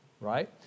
right